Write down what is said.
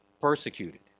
persecuted